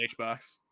HBox